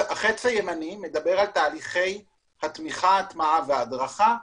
החץ הימני מדבר על תהליכי התמיכה, הטמעה וההדרכה.